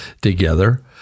together